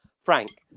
frank